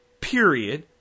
period